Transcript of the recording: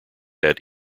had